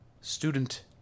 student